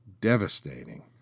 Devastating